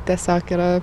tiesiog yra